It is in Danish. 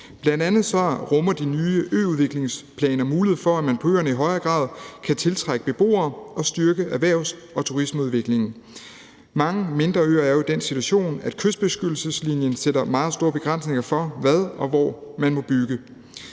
Bl.a. rummer de nye øudviklingsplaner mulighed for, at man på øerne i højere grad kan tiltrække beboere og styrke erhvervs- og turismeudviklingen. Mange mindre øer er jo i den situation, at kystbeskyttelseslinjen sætter meget store begrænsninger for, hvad og hvor man må bygge.